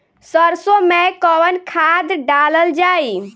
सरसो मैं कवन खाद डालल जाई?